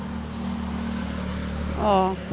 अ